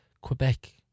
Quebec